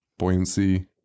Buoyancy